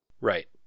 right